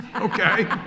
okay